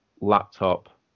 laptop